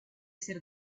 ser